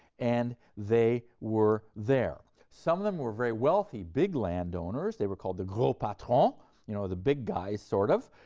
and they were there. some of them were very wealthy, big landowners they were called the gros patrons, but um you know the big guys sort of,